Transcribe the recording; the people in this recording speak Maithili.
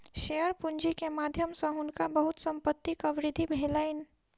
शेयर पूंजी के माध्यम सॅ हुनका बहुत संपत्तिक वृद्धि भेलैन